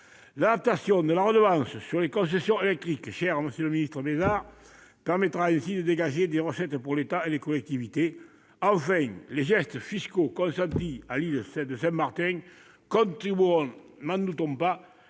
l'adaptation de la redevance sur les concessions hydroélectriques, sujet cher à Jacques Mézard, qui permettra de dégager des recettes pour l'État et les collectivités. Enfin, les gestes fiscaux consentis à l'île de Saint-Martin contribueront, n'en doutons pas,